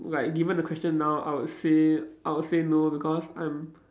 right given the question now I would say I would say no because I'm